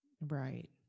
Right